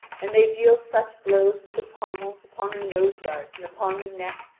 and they deal such blows with the pommels upon the nose-guards and upon the neck,